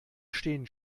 stehen